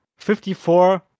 54